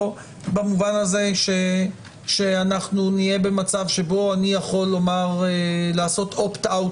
במובן הזה שנהיה במצב שבו אני יכול לעשות אופט אאוט